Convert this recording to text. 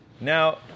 Now